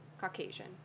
Caucasian